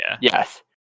yes